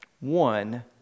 One